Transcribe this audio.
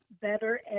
better